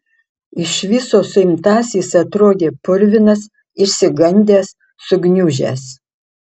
iš viso suimtasis atrodė purvinas išsigandęs sugniužęs